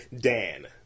Dan